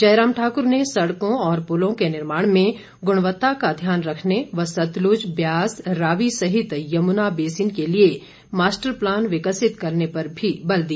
जयराम ठाकुर ने सड़कों और पुलों के निर्माण में गुणवत्ता का ध्यान रखने व सतलुज ब्यास रावी सहित यमुना बेसिन के लिए नदीवार मास्टर प्लान विकसित करने पर भी बल दिया